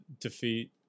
defeat